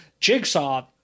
Jigsaw